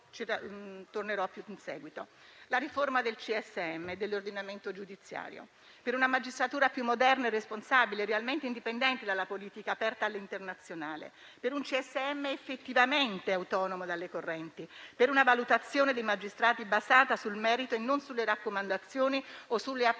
magistratura e dell'ordinamento giudiziario per una magistratura più moderna e responsabile, realmente indipendente dalla politica, aperta all'internazionale, per un Consiglio superiore della magistratura effettivamente autonomo dalle correnti, per una valutazione dei magistrati basata sul merito e non sulle raccomandazioni o sulle appartenenze: il